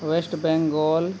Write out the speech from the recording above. West Bengal